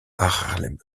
haarlem